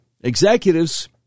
executives